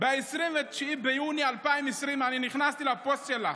מ-29 ביוני 2020. אני נכנסתי לפוסט שלך.